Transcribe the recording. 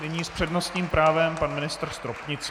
Nyní s přednostním právem pan ministr Stropnický.